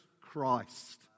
Christ